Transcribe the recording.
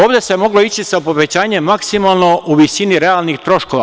Ovde se moglo ići sa povećanjem maksimalno u visini realnih troškova.